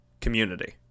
community